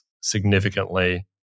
significantly